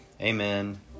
Amen